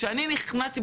כשאני נכנסתי,